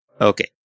Okay